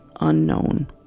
unknown